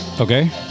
Okay